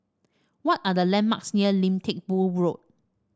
what are the landmarks near Lim Teck Boo Road